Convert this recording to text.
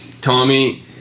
Tommy